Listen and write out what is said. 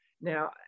Now